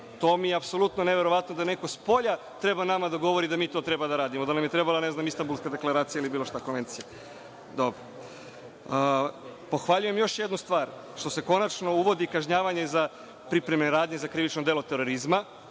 mi je apsolutno neverovatno da neko spolja treba nama da govori da mi to treba da radimo, da nam je trebala, ne znam, Istanbulska deklaracija ili bilo šta, konvencija. Pohvaljujem još jednu stvar, što se konačno uvodi kažnjavanje za pripremne radnje za krivično delo terorizma